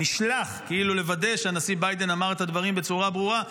נשלח כאילו לוודא שהנשיא ביידן אמר את הדברים בצורה ברורה,